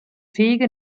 fähige